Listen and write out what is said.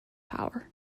power